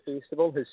Festival